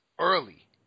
early